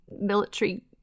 military